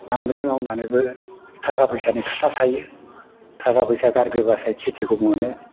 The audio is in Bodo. बांद्राय मावनानैबो थाखा फैसानि खोथा थायो थाखा फैसा गारग्रोबासो खेथिखौ मोनो